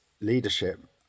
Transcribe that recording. leadership